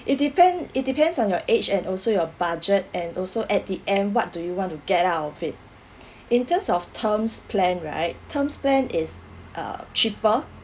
it depend it depends on your age and also your budget and also at the end what do you want to get out of it in terms of terms plan right terms plan is uh cheaper